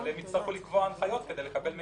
הם יצטרכו לקבוע הנחיות כדי לקבל מידע,